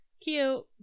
Cute